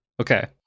Okay